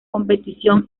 competición